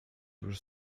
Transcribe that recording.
już